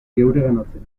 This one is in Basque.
geureganatzen